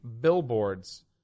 billboards